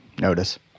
notice